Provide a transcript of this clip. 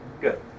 Good